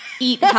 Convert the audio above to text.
Eat